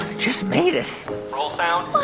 just made it roll sound